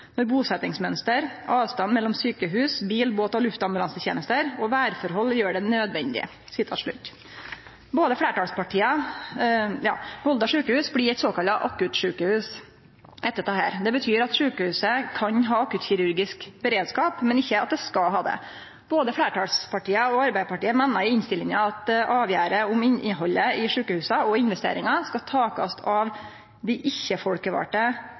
når bosettingsmønster, avstand mellom sykehus, bil-, båt- og luftambulansetjenester og værforhold gjør det nødvendig». Volda sjukehus blir eit såkalla akuttsjukehus etter dette. Det betyr at sjukehuset kan ha akuttkirurgisk beredskap, men ikkje at det skal ha det. Både fleirtalspartia og Arbeidarpartiet meiner i innstillinga at avgjerder om innhaldet i sjukehusa og investeringar skal takast av